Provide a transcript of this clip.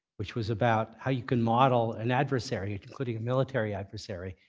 which was about how you can model an adversary, including a military adversary.